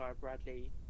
Bradley